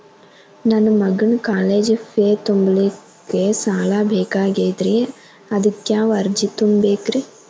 ನನ್ನ ಮಗನ college fee ತುಂಬಲಿಕ್ಕೆ ಸಾಲ ಬೇಕಾಗೆದ್ರಿ ಅದಕ್ಯಾವ ಅರ್ಜಿ ತುಂಬೇಕ್ರಿ?